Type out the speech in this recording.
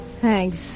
Thanks